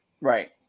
Right